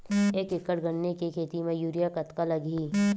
एक एकड़ गन्ने के खेती म यूरिया कतका लगही?